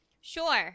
Sure